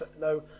no